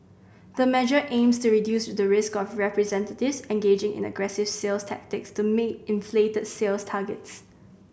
the measure aims to reduce the risk of representatives this engaging in aggressive sales tactics to meet inflated sales targets